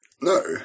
No